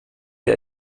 der